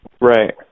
Right